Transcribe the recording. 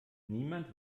niemand